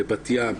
בבת ים,